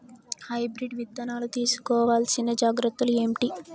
Hybrid విత్తనాలు తీసుకోవాల్సిన జాగ్రత్తలు ఏంటి?